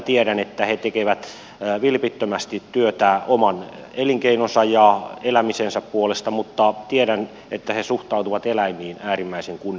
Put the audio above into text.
tiedän että he tekevät vilpittömästi työtä oman elinkeinonsa ja elämisensä puolesta mutta tiedän että he suhtautuvat eläimiin äärimmäisen kunnioittavasti